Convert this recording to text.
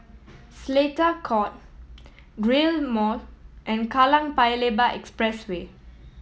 Seletar Court Rail Mall and Kallang Paya Lebar Expressway